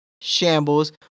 shambles